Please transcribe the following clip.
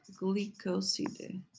glycoside